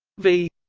v